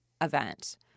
event